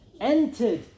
entered